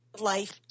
life